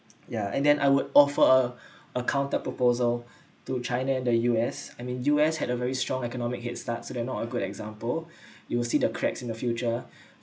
ya and then I would offer a a counted proposal to china and the U_S I mean U_S had a very strong economic headstart so they're not a good example you will see the cracks in the future